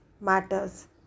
matters